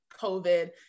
COVID